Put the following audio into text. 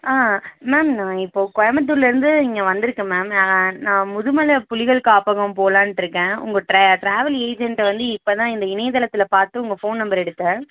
ஆ ma'am நான் இப்போ கோயம்பத்தூரில் இருந்து இங்கே வந்துருக்கேன் மேம் நான் முதுமலை புலிகள் காப்பகம் போகலான்ட்டு இருக்கேன் உங்கள் ட்ர ட்ராவல் ஏஜென்ட்டை வந்து இப்போ தான் இந்த இணையதளத்தில் பார்த்து உங்கள் ஃபோன் நம்பர் எடுத்தேன்